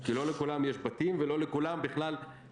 כי לא לכולם יש בתים ולא כולם יכולים